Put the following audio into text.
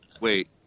Wait